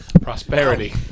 Prosperity